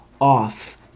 off